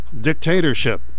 dictatorship